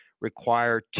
require